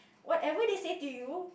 whatever they say to you